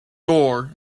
door